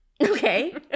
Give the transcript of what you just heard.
Okay